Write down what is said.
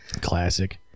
Classic